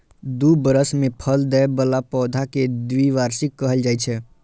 दू बरस मे फल दै बला पौधा कें द्विवार्षिक कहल जाइ छै